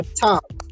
top